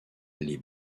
les